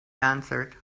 answered